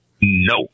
No